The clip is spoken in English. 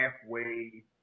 halfway